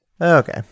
Okay